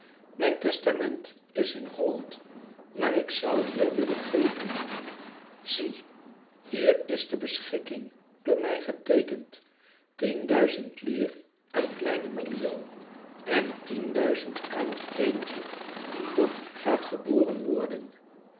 mijn testament is in holland maar ik zou hier willen geven zie hier is de beschikking door mij geteekend tien duizend lire aan kleinen milio en tien duizend aan het kindje dat gaat geboren worden